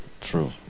true